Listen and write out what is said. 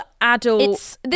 adult